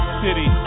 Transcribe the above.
city